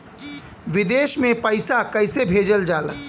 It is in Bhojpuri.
विदेश में पैसा कैसे भेजल जाला?